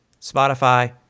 Spotify